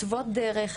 מתוות דרך,